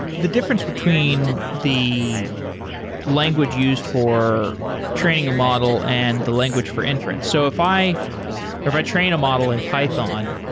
the difference between the language used for training a model and the language for inference. so if i if i train a model and python,